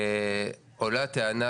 עולה טענה,